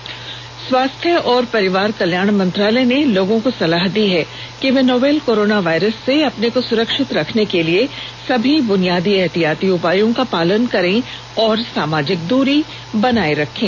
advisory स्वास्थ्य और परिवार कल्याण मंत्रालय ने लोगों को सलाह दी है कि वे नोवल कोरोना वायरस से अपने को सुरक्षित रखने के लिए सभी बुनियादी एहतियाती उपायों का पालन करें और सामाजिक दूरी बनाए रखें